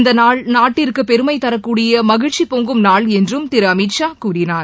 இந்தநாள் நாட்டிற்கு பெருமைதரக்கூடிய மகிழ்ச்சி பொங்கும் நாள் என்றும் திரு அமித் ஷா கூறினார்